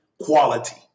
quality